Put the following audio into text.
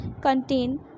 contain